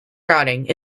routing